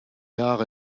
jahre